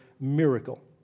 miracle